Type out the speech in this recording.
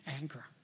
anger